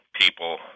people